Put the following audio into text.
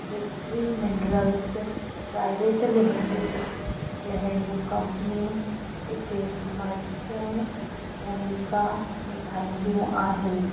victory Minerals Private Limited जहिड़ियूं कंपनियूं हिते महत्वपूर्ण भूमिका निभाइंदियूं आहिनि